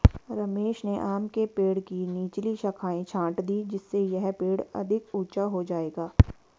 रमेश ने आम के पेड़ की निचली शाखाएं छाँट दीं जिससे यह पेड़ अधिक ऊंचा हो जाएगा